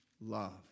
love